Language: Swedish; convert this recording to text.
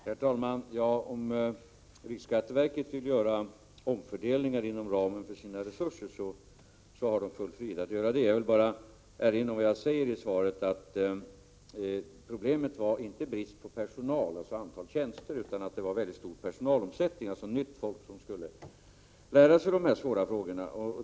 Herr talman! Om man på riksskatteverket vill göra omfördelningar inom ramen för dess resurser har man full frihet att göra det. Men jag vill bara erinra om vad som står i svaret, nämligen att problemet inte berodde på brist på personal — antal tjänster — utan på stor personalomsättning, vilket i sin tur innebär att ny personal skulle lära sig dessa svåra frågor.